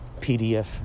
PDF